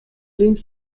lehnt